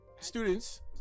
students